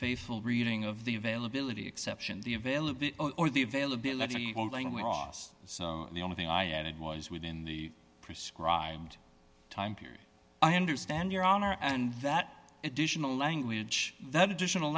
faithful reading of the availability exception the available or the availability of the only thing i added was within the prescribed time period i understand your honor and that additional language that additional